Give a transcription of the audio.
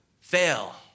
fail